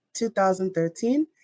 2013